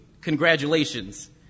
congratulations